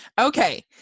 Okay